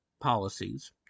policies